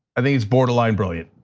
i think it's borderline brilliant.